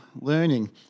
learning